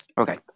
Okay